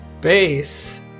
base